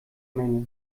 menge